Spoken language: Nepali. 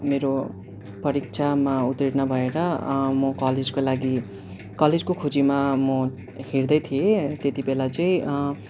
मेरो परीक्षामा उत्तीर्ण भएर म कलेजको लागि कलेजको खोजीमा म हिँढ्दै थिएँ त्यतिबेला चाहिँ